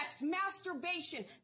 masturbation